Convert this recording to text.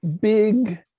big